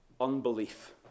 unbelief